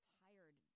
tired